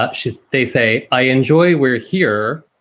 ah she's. they say, i enjoy we're here.